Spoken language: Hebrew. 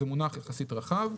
זה מונח יחסית רחב.